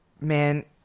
man